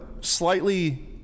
slightly